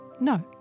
No